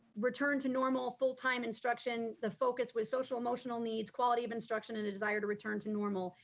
return to normal full-time instruction. the focus was social emotional needs, quality of instruction and a desire to return to normal,